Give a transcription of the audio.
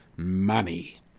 money